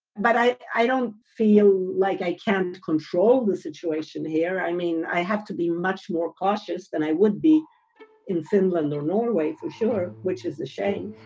but i i don't feel like i can't control the situation here. i mean, i have to be much more cautious than i would be in finland or norway for sure, which is a shame.